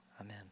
Amen